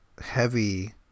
heavy